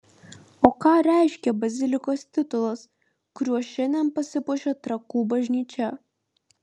o ką reiškia bazilikos titulas kuriuo šiandien pasipuošia trakų bažnyčia